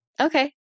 Okay